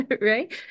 right